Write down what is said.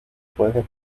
puedes